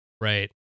Right